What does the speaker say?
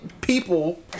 people